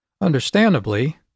Understandably